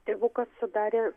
tėvukas sudarė